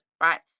right